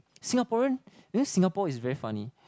Singaporean because Singapore is very funny